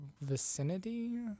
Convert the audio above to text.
vicinity